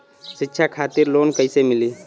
शिक्षा खातिर लोन कैसे मिली?